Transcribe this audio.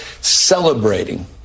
celebrating